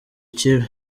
ikibi